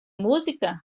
música